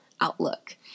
outlook